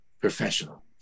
professional